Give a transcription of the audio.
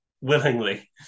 willingly